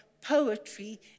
poetry